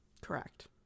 correct